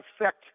affect